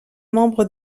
membres